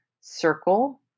circle